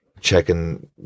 checking